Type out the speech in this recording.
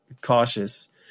cautious